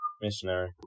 Missionary